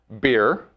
beer